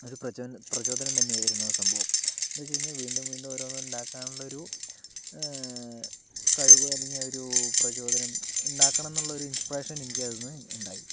ഒരു പ്രചോദനം തന്നെയായിരുന്നു ആ സംഭവം എന്താണെന്ന് വച്ച് കഴിഞ്ഞാൽ വീണ്ടും വീണ്ടും ഓരോന്ന് ഉണ്ടാക്കാനുള്ളൊരു കഴിവ് അല്ലെങ്കിൽ ആ ഒരു പ്രചോദനം ഉണ്ടാക്കണമെന്നുള്ളൊരു ഇൻസ്പിറേഷൻ എനിക്ക് അതിൽനിന്ന് ഉണ്ടായി